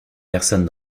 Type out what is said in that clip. personne